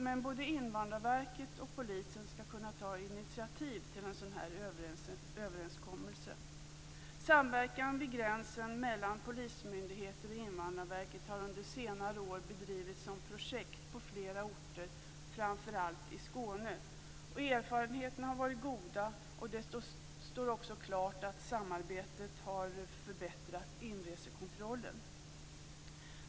Men både Invandrarverket och polisen skall kunna ta initiativ till en överenskommelse. Samverkan vid gränsen mellan polismyndigheter och Invandrarverket har under senare år bedrivits som projekt på flera orter, framför allt i Skåne. Erfarenheterna har varit goda, och det står också klart att samarbetet har förbättrat inresekontrollen.